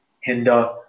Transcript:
hinder